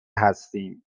هستیم